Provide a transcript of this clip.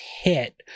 hit